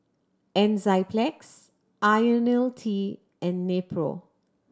Enzyplex Ionil T and Nepro